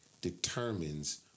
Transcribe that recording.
determines